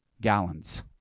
gallons